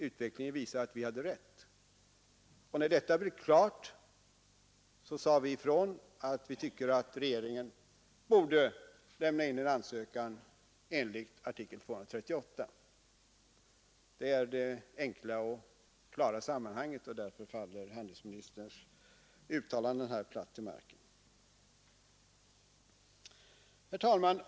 Utvecklingen visar att vi hade rätt. Och när detta blev klart sade vi ifrån att vi tycker att regeringen borde lämna in en ansökan enligt artikel 238. Det är det enkla och klara sammanhanget, och därför faller handelsministerns uttalanden här platt till marken. Herr talman!